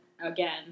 again